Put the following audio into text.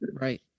right